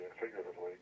figuratively